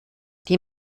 die